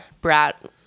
brat